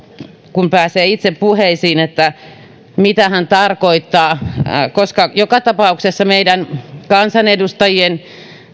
kun pääsee itse puheisiin mitä hän tarkoittaa joka tapauksessa meidän kansanedustajien